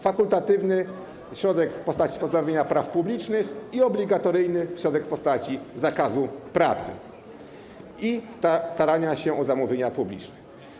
Fakultatywny środek w postaci pozbawienia praw publicznych i obligatoryjny środek w postaci zakazu pracy i starania się o zamówienia publiczne.